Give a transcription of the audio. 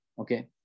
Okay